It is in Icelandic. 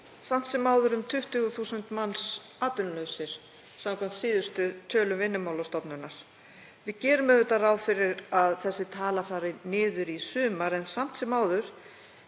samt sem áður um 20.000 manns atvinnulausir samkvæmt síðustu tölum Vinnumálastofnunar. Við gerum auðvitað ráð fyrir að þessi tala fari niður í sumar en samt sem áður